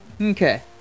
Okay